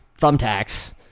thumbtacks